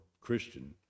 Christian